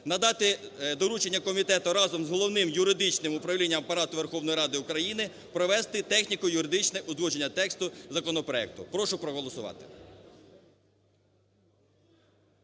Надати доручення комітету разом з Головним юридичним управлінням Апарату Верховної Ради України провести техніко-юридичне узгодження тексту законопроекту. Прошу проголосувати.